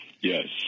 Yes